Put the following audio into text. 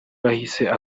wahise